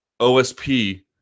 OSP